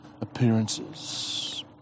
appearances